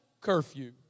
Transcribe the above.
curfew